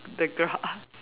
the grass